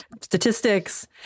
statistics